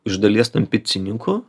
iš dalies tampi ciniku